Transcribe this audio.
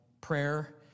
Prayer